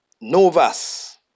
Novas